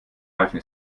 reifen